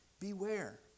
Beware